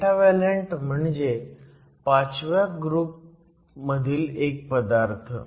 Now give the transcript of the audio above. pentavalent म्हणजे 5व्या group मधील एक पदार्थ